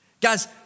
Guys